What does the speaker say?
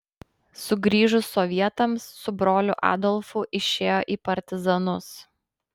sugrįžus sovietams su broliu adolfu išėjo į partizanus